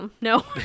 No